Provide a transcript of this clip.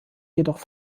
jedoch